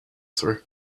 through